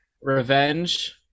Revenge